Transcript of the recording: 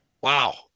Wow